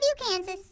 Kansas